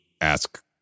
ask